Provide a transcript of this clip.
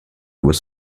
was